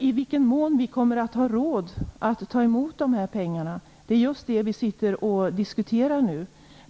I vilken mån vi kommer att ha råd att ta emot de här pengarna är just den fråga som vi sitter och diskuterar nu.